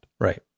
Right